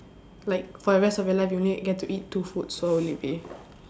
like for the rest of your life you only get to eat two food so what will it be